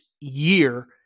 year